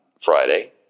Friday